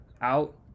out